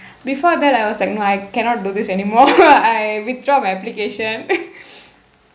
before that I was like no I cannot do this anymore I withdraw my application